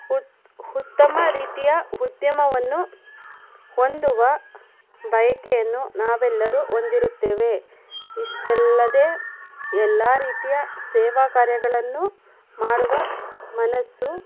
ಉತ್ ಉತ್ತಮ ರೀತಿಯ ಉದ್ಯಮವನ್ನು ಹೊಂದುವ ಬಯಕೆಯನ್ನು ನಾವೆಲ್ಲರೂ ಹೊಂದಿರುತ್ತೇವೆ ಇಷ್ಟೆಲ್ಲದೆ ಎಲ್ಲ ರೀತಿಯ ಸೇವಾ ಕಾರ್ಯಗಳನ್ನು ಮಾಡುವ ಮನಸ್ಸು